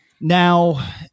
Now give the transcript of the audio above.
now